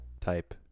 type